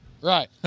right